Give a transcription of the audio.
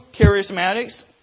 charismatics